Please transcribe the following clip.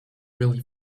really